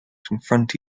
confront